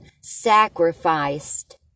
sacrificed